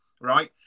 right